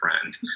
friend